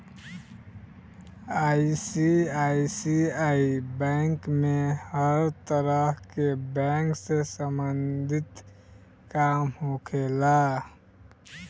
ICICI bank में हर तरह के बैंक से सम्बंधित काम होखेला